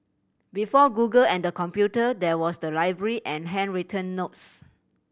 before Google and the computer there was the library and handwritten notes